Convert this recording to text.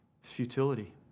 futility